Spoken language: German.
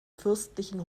fürstlichen